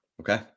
Okay